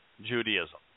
Judaism